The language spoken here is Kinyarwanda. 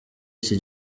iki